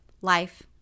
life